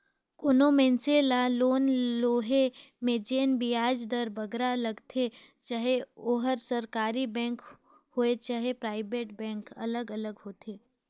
कोनो मइनसे ल लोन लोहे में जेन बियाज दर बगरा लगथे चहे ओहर सरकारी बेंक होए चहे पराइबेट बेंक अलग अलग होथे